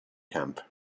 camp